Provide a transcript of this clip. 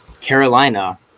carolina